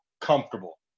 comfortable